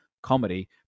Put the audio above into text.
comedy